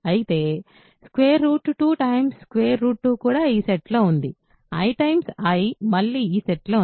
అయితే 2 2 కూడా ఈ సెట్లో ఉంది i i మళ్లీ ఈ సెట్ లో ఉంది